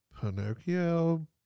Pinocchio